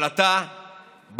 אבל אתה באת,